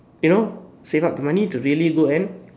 you know save up the money to really go and